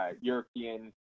European